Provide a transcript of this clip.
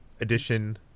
edition